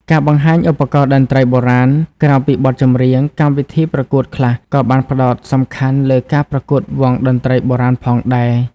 ការបង្ហាញឧបករណ៍តន្ត្រីបុរាណ ក្រៅពីបទចម្រៀង កម្មវិធីប្រកួតខ្លះក៏បានផ្ដោតសំខាន់លើការប្រកួតវង់តន្ត្រីបុរាណផងដែរ។